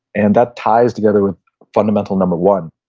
and that ties together with fundamental number one.